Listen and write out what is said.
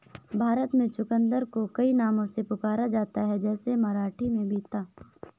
भारत में चुकंदर को कई नामों से पुकारा जाता है जैसे मराठी में बीता